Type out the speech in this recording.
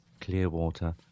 Clearwater